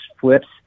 flips